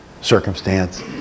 circumstance